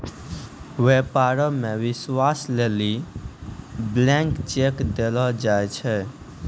व्यापारो मे विश्वास लेली ब्लैंक चेक देलो जाय छै